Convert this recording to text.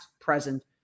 present